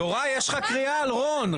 יוראי, יש לך קריאה על רון.